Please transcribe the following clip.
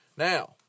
Now